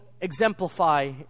exemplify